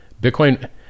Bitcoin